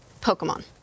Pokemon